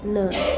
न